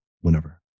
whenever